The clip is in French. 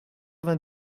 vingt